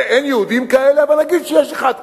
אין יהודים כאלה אבל נגיד שיש אחד כזה.